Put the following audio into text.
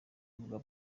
rwa